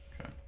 Okay